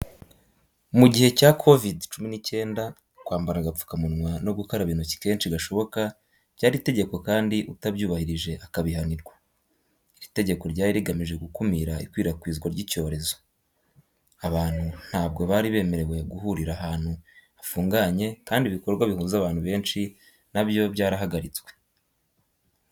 Mu gihe cya kovidi cumi n'icyenda, kwambara agapfukamunwa no gukaraba intoki kenshi gashoboka byari itegeko kandi utabyubahirije akabihanirwa. Iri tegeko ryari rigamije gukumira ikwirakwizwa ry'icyorezo. Abantu ntabwo bari bemerewe guhurira ahantu hafunganye kandi ibikorwa bihuza abantu benshi na byo byarahagaritswe.